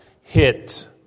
hit